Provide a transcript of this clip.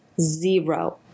zero